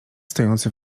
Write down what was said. stojący